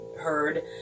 heard